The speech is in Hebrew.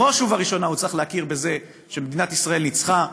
בראש ובראשונה הוא צריך להכיר בזה שמדינת ישראל ניצחה,